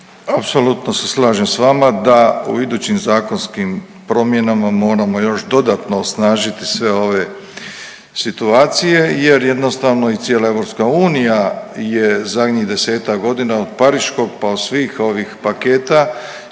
Apsolutno se slažem s vama da u idućim zakonskim promjenama moramo još dodatno osnažiti sve ove situacije jer jednostavno i cijela EU je zadnjih 10 godina od pariškog pa od svih ovih paketa